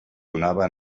donava